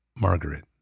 Margaret